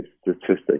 statistics